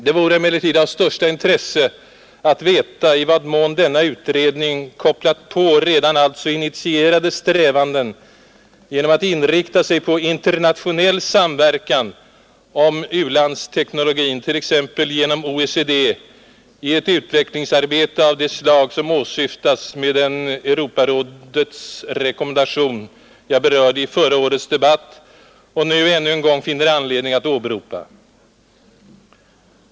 Det vore emellertid av största intresse att veta i vad mån denna utredning kopplat på dessa redan initierade strävanden genom att inrikta sig på internationell samverkan om u-landsteknologin, t.ex. genom OECD, för att driva fram ett utvecklingsarbete av det slag som åsyftas med den Europarådets rekommendation, som jag alltså berörde i förra årets debatt och nu ännu en gång finner anledning att åberopa.